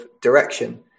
direction